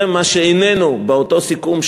זה מה שאיננו באותו סיכום,